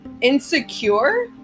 insecure